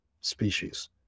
species